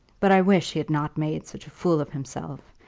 but i wish he had not made such a fool of himself.